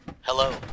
Hello